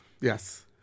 Yes